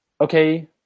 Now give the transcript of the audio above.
Okay